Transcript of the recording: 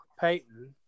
Peyton